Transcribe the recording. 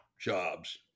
jobs